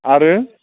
आरो